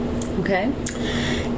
Okay